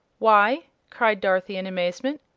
why, cried dorothy, in amazement,